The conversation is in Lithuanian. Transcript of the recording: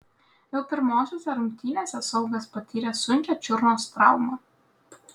jau pirmosiose rungtynėse saugas patyrė sunkią čiurnos traumą